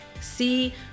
see